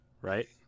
right